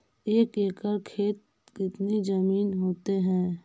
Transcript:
एक एकड़ खेत कितनी जमीन होते हैं?